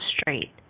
straight